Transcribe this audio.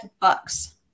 Bucks